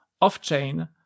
off-chain